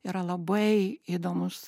yra labai įdomus